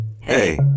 Hey